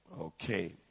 Okay